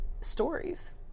stories